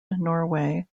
norway